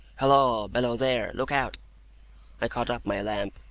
halloa! below there! look out i caught up my lamp,